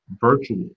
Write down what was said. virtual